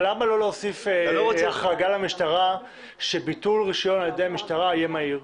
למה לא להוסיף החרגה למשטרה שביטול רישיון על ידי המשטרה יהיה מהיר?